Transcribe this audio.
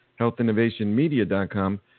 healthinnovationmedia.com